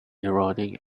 eroding